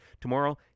Tomorrow